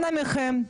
אנא מכם,